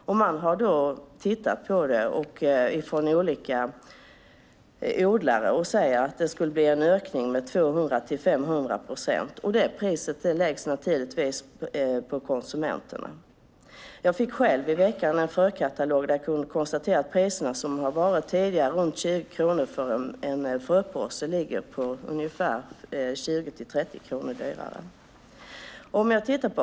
Olika odlare har tittat på detta och säger att det skulle bli en ökning med 200-500 procent. Den kostnaden läggs naturligtvis på konsumenterna. I veckan fick jag en frökatalog där jag kunde konstatera att priset för en fröpåse som tidigare var runt 20 kronor, nu ligger 20-30 kronor högre.